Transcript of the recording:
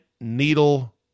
needle